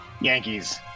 Yankees